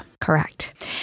Correct